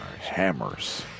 Hammers